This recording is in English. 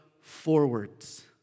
forwards